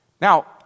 Now